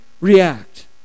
react